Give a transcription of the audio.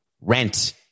rent